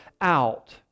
out